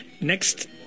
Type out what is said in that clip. next